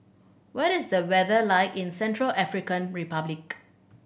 what is the weather like in Central African Republic